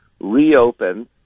reopen